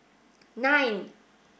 nine